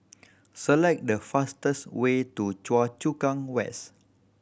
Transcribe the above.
select the fastest way to Choa Chu Kang West